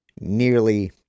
nearly